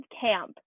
camp